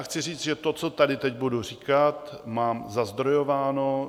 Chci říct, že to, co tady teď budu říkat, mám zazdrojováno.